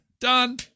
Done